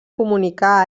comunicar